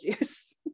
juice